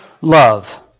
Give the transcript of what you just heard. love